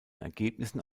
ergebnissen